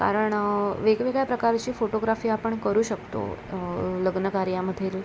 कारण वेगवेगळ्या प्रकारची फोटोग्राफी आपण करू शकतो लग्नकार्यामधील